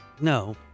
no